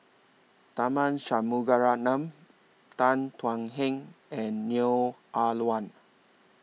Tharman Shanmugaratnam Tan Thuan Heng and Neo Ah Luan